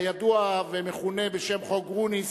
הידוע והמכונה בשם "חוק גרוניס",